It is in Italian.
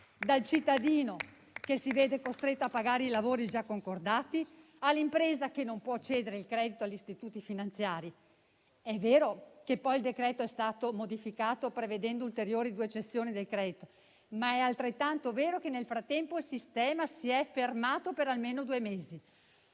dal cittadino, che si vede costretto a pagare i lavori già concordati, all'impresa, che non può cedere il credito agli istituti finanziari. È vero che poi il decreto-legge è stato modificato, prevedendo ulteriori due cessioni del credito, ma è altrettanto vero che nel frattempo il sistema si è fermato per almeno due mesi.